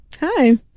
Hi